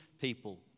people